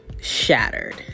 shattered